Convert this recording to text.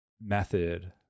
method